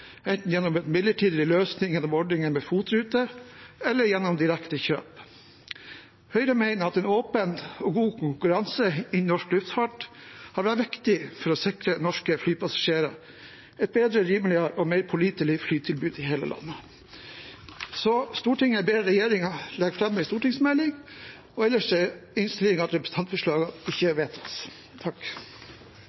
enten gjennom en midlertidig løsning gjennom ordningen med FOT-ruter eller gjennom direktekjøp eller andre avtaler med flyselskapene.» Høyre mener at en åpen og god konkurranse i norsk luftfart har vært viktig for å sikre norske flypassasjerer et bedre, rimeligere og mer pålitelig flytilbud i hele landet. Så Stortinget ber regjeringen legge fram en stortingsmelding, og ellers er innstillingen at representantforslagene ikke